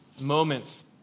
moments